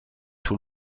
tout